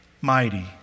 mighty